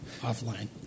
offline